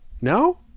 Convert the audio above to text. no